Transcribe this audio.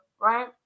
right